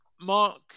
Mark